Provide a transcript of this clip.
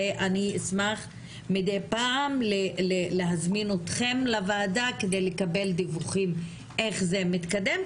ואני אשמח מדי פעם להזמין אתכן כדי לקבל דיווחים איך זה מתקדם,